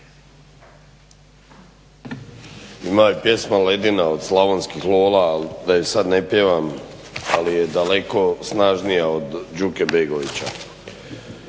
Ima pjesma "Ledina" od Slavonskih lola ali da ju sada ne pjevam ali je daleko snažnija od Đuke Begovića.